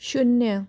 शून्य